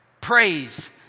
praise